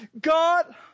God